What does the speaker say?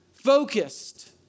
focused